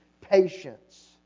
patience